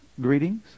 greetings